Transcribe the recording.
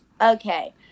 Okay